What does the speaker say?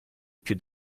più